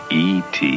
et